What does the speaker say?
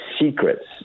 secrets